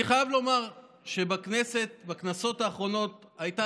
אני חייב לומר שבכנסות האחרונות הייתה